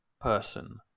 person